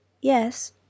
Yes